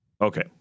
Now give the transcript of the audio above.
Okay